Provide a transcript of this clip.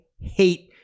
hate